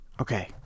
Okay